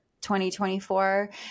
2024